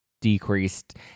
decreased